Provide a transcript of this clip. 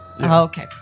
Okay